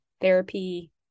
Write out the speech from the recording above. therapy